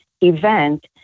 event